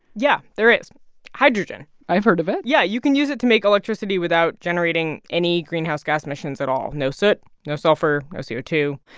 yeah, there is hydrogen i've heard of it yeah. yeah. you can use it to make electricity without generating any greenhouse gas emissions at all no soot, no sulfur, no c o two.